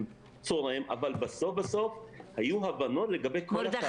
אבל בסוף היו הבנות לגבי כל הטענות.